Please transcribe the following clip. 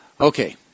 Okay